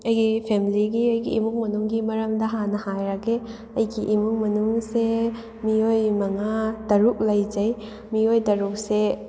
ꯑꯩꯒꯤ ꯐꯦꯃꯤꯂꯤꯒꯤ ꯑꯩꯒꯤ ꯏꯃꯨꯡ ꯃꯅꯨꯡꯒꯤ ꯃꯔꯝꯗ ꯍꯥꯟꯅ ꯍꯥꯏꯔꯒꯦ ꯑꯩꯒꯤ ꯏꯃꯨꯡ ꯃꯅꯨꯡꯁꯦ ꯃꯤꯑꯣꯏ ꯃꯉꯥ ꯇꯔꯨꯛ ꯂꯩꯖꯩ ꯃꯤꯑꯣꯏ ꯇꯔꯨꯛꯁꯦ